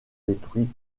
détruit